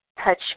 touch